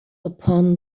upon